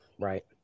Right